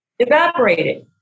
Evaporated